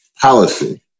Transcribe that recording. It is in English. policy